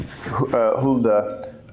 Hulda